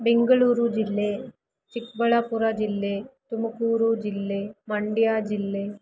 ಬೆಂಗಳೂರು ಜಿಲ್ಲೆ ಚಿಕ್ಕಬಳ್ಳಾಪುರ ಜಿಲ್ಲೆ ತುಮಕೂರು ಜಿಲ್ಲೆ ಮಂಡ್ಯ ಜಿಲ್ಲೆ